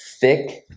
thick